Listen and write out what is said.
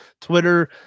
twitter